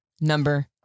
number